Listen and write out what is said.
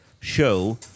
Show